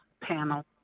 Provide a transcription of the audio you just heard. panel